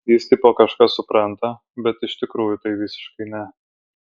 jis tipo kažką supranta bet iš tikrųjų tai visiškai ne